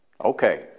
Okay